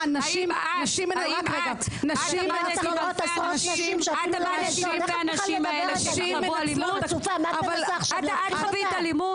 האם את עמדת בפני הנשים האלה שחוו אלימות?